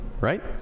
right